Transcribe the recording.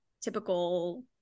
typical